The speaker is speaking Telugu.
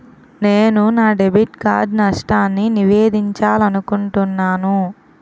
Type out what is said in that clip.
నేను నా డెబిట్ కార్డ్ నష్టాన్ని నివేదించాలనుకుంటున్నాను